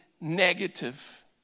negative